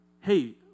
hey